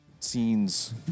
Scenes